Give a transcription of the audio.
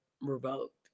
revoked